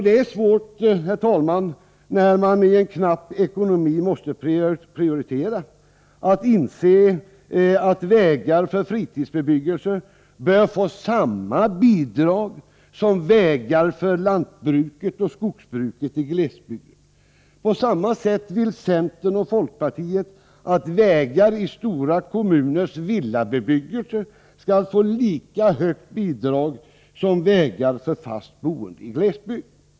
Det är svårt, herr talman, när man i en knapp ekonomi måste prioritera att inse att vägar för fritidsbebyggelse bör få samma bidrag som vägar för lantbruk och skogsbruk i glesbygden. På samma sätt vill centern och folkpartiet att vägar i stora kommuners villabebyggelse skall få lika stort bidrag som vägar för fast boende i glesbygd.